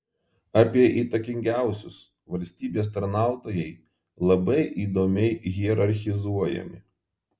apie įtakingiausius valstybės tarnautojai labai įdomiai hierarchizuojami